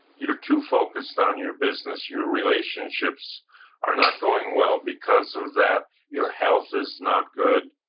you're too focused on your business. your relationships are not going well. because of that, your health is not good.